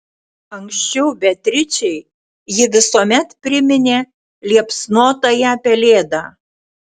anksčiau beatričei ji visuomet priminė liepsnotąją pelėdą